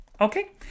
okay